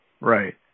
Right